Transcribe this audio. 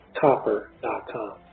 Copper.com